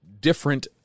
different